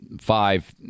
five